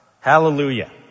Hallelujah